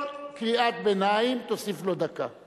כל קריאת ביניים תוסיף לו דקה.